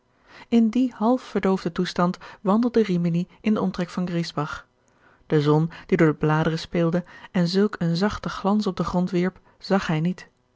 in dien half verdoofden toestand wandelde rimini in den omtrek van griesbach de zon die door de bladeren speelde en zulk een zachten glans op den grond wierp zag hij niet